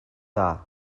dda